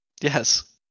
Yes